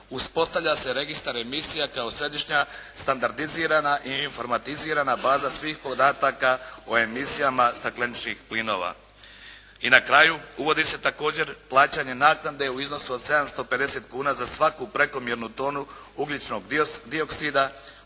uspostavlja se registar emisija kao središnja standardizirana i infomratizirana baza svih podataka o emisijama stakleničkih plinova. I na kraju uvodi se također plaćanje naknade u iznosu od 750 kuna za svaku prekomjernu tonu ugljičnog dioksida